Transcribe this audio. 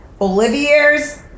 Olivier's